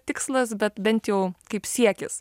tikslas bet bent jau kaip siekis